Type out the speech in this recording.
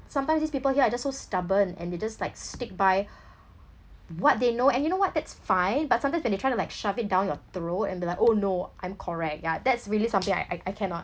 sometimes these people here are so stubborn and they just like stick by what they know and you know what that's fine but sometimes when they try to like shove it down your throat and be like oh no I'm correct yeah that's really something I I cannot